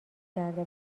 کرده